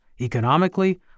economically